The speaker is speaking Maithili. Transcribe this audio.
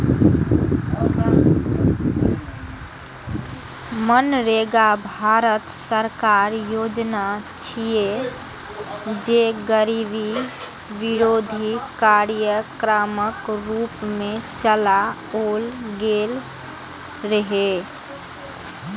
मनरेगा भारत सरकारक योजना छियै, जे गरीबी विरोधी कार्यक्रमक रूप मे चलाओल गेल रहै